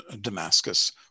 Damascus